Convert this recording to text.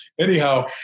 Anyhow